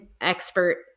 expert